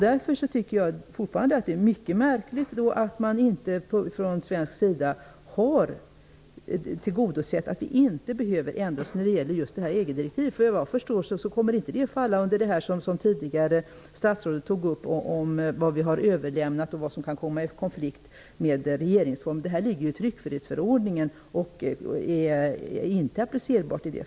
Därför tycker jag fortfarande att det är mycket märkligt att vi från svensk sida inte har sett till att vi inte behöver ändra oss när det gäller just detta EG-direktiv. Såvitt jag förstår kommer inte detta att falla under det som statsrådet tidigare tog upp om det som vi har överlämnat och det som kan komma i konflikt med regeringsformen. Detta ligger ju i tryckfrihetsförordningen och är inte applicerbart.